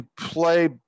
play